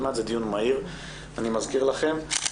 זה דיון מהיר, אני מזכיר לכם.